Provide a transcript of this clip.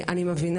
אני מבינה